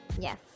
yes